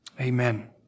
Amen